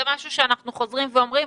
זה משהו שאנחנו חוזרים ואומרים,